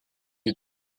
den